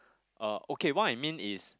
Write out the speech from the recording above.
uh okay what I mean is